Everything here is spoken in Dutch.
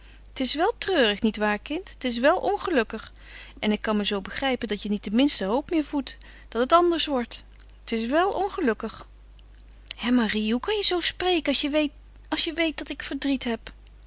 het is wel treurig nietwaar kind het is wel ongelukkig en ik kan me zoo begrijpen dat je niet de minste hoop meer voedt dat het anders wordt het is wel ongelukkig hé marie hoe kan je zoo spreken als je weet als je weet dat ik verdriet heb